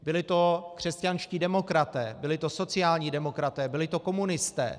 Byli to křesťanští demokraté, byli to sociální demokraté, byli to komunisté.